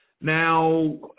Now